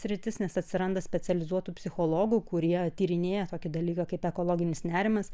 sritis nes atsiranda specializuotų psichologų kurie tyrinėja tokį dalyką kaip ekologinis nerimas